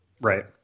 Right